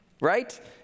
right